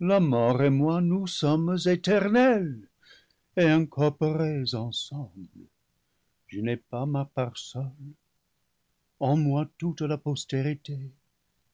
la mort et moi nous sommes éternels et incorporés ensem ble je n'ai pas ma part seul en moi toute la postérité